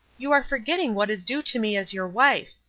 you are forgetting what is due to me as your wife.